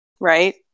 right